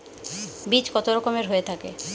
বীজ কত রকমের হয়ে থাকে?